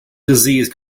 disease